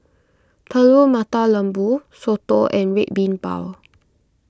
Telur Mata Lembu Soto and Red Bean Bao